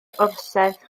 orsedd